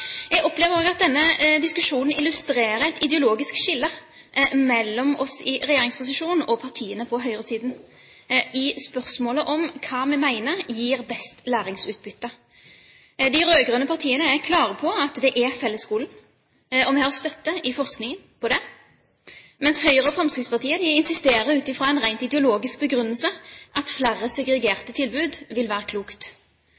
Jeg opplever også at denne diskusjonen illustrerer et ideologisk skille mellom oss i regjeringsposisjonen og partiene på høyresiden i spørsmålet om hva vi mener gir best læringsutbytte. De rød-grønne partiene er klare på at det er fellesskolen, og vi har støtte i forskningen på det, mens Høyre og Fremskrittspartiet ut fra en rent ideologisk begrunnelse insisterer på at flere